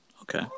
Okay